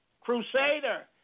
crusader